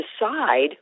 decide